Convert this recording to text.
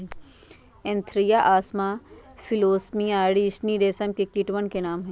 Antheraea असामा फिलोसामिया रिसिनी रेशम के कीटवन के नाम हई